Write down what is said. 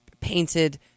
painted